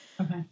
Okay